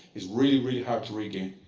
it's really, really hard to regain.